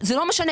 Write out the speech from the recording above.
זה לא משנה,